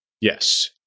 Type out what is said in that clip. Yes